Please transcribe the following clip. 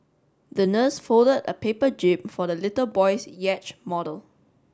the nurse folded a paper jib for the little boy's yacht model